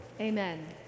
Amen